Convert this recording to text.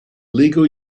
legal